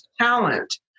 talent